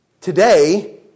Today